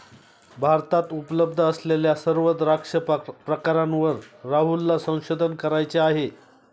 भारतात उपलब्ध असलेल्या सर्व द्राक्ष प्रकारांवर राहुलला संशोधन करायचे आहे